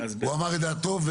הוא אמר את דעתו.